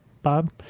Bob